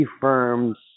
firms